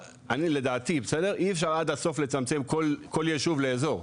לדעתי, אי אפשר עד הסוף לצמצם כל יישוב לאזור.